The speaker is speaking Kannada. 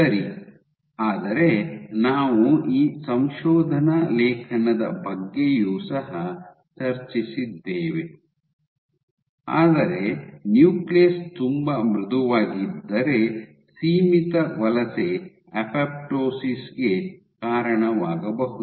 ಸರಿ ಆದರೆ ನಾವು ಈ ಸಂಶೋಧನಾ ಲೇಖನದ ಬಗ್ಗೆಯೂ ಸಹ ಚರ್ಚಿಸಿದ್ದೇವೆ ಆದರೆ ನ್ಯೂಕ್ಲಿಯಸ್ ತುಂಬಾ ಮೃದುವಾಗಿದ್ದರೆ ಸೀಮಿತ ವಲಸೆ ಅಪೊಪ್ಟೋಸಿಸ್ ಗೆ ಕಾರಣವಾಗಬಹುದು